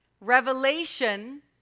revelation